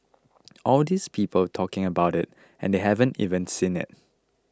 all these people talking about it and they haven't even seen it